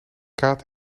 kaat